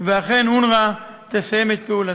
ואונר"א אכן תסיים את פעילותה.